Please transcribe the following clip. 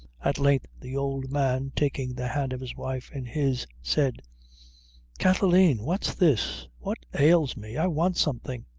at length, the old man, taking the hand of his wife in his, said kathleen, what's this what ails me? i want something.